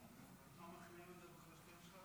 חברי הכנסת,